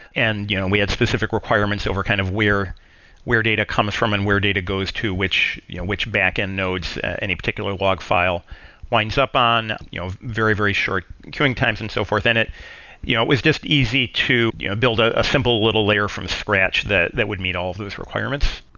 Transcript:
and you know we had specific requirements over kind of where where data comes from and where data goes to. which you know which backend nodes, any particular log file winds up on you know very, very short queuing times and so forth. and it yeah was just easy to build a simple little layer from scratch that that would meet all of those requirements.